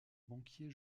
banquier